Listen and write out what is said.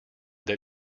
that